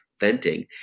venting